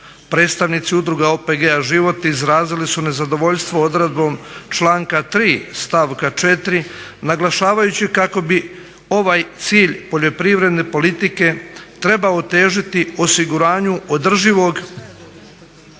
Predstavnici Udruga OPG-a Život izrazili su nezadovoljstvo odredbom članka 3. stavka 4. naglašavajući kako bi ovaj cilj poljoprivredne politike trebao težiti osiguranju održivog